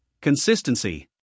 Consistency